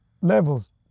levels